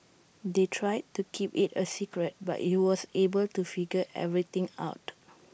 they tried to keep IT A secret but he was able to figure everything out